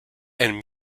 and